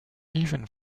even